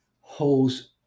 holds